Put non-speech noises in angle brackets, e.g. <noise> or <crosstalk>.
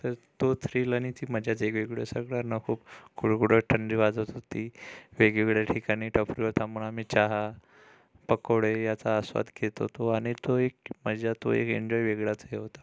तर तो थ्रील आणि ती मजा <unintelligible> वेगवेगळी सगळ्यांना खूप कुडकुडत थंडी वाजत होती वेगवेगळ्या ठिकाणी टपरीवर थांबून आम्ही चहा पकोडे याचा आस्वाद घेत होतो आणि तो एक मजा तो एक एन्जॉय वेगळाच हे होता